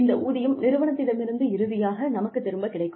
இந்த ஊதியம் நிறுவனத்திடமிருந்து இறுதியாக நமக்குத் திரும்பக் கிடைக்கும்